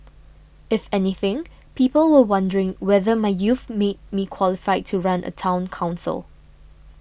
if anything people were wondering whether my youth made me qualified to run a Town Council